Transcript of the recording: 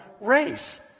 race